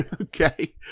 Okay